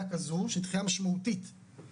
שזה בסופו של יום חוק של משרד האוצר,